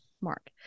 Mark